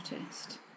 artist